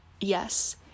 yes